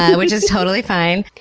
which is totally fine.